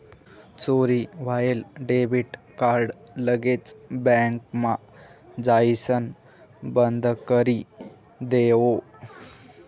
चोरी व्हयेल debit card लगेच बँकमा जाइसण बंदकरी देवो